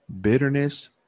Bitterness